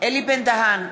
אלי בן-דהן,